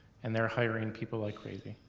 and they're hiring people like crazy.